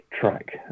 track